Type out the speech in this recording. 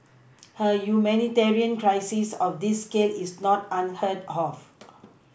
a humanitarian crisis of this scale is not unheard of